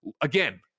Again